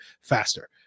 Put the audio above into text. faster